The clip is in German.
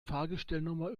fahrgestellnummer